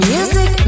Music